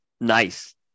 nice